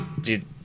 Dude